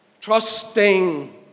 Trusting